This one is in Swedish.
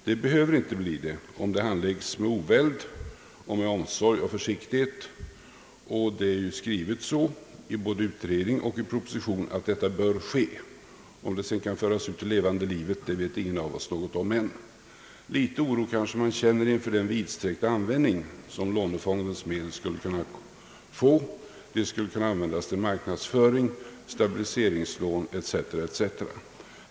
Det behöver inte bli så om ärndena handläggs med oväld, omsorg och försiktighet, och att så bör ske är skrivet i både utredning och proposition. Om detta sedan kan föras ut i levande livet vet ingen av oss någonting om än. Litet oro kanske man känner inför den vidsträckta användning som lånefondens medel skulle kunna få. De skulle användas till marknadsföring, stabiliseringslån etc. etc.